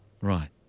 Right